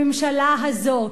הממשלה הזאת,